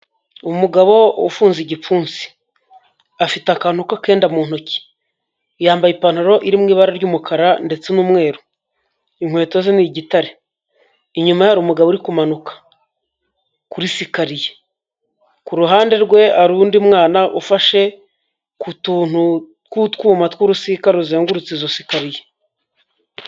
Umugabo ufunze igipfunsi, afite akantu k'akenda mu ntoki, yambaye ipantaro iri mu ibara ry'umukara ndetse n'umweru, inkweto ze ni igitare inyuma hari umugabo uri kumanuka kuri sikariye, ku ruhande rwe hari undi mwana ufashe ku tuntu tw'utwuma tw'urusika ruzengurutse izo sikariye.